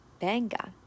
benga